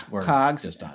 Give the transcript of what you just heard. Cogs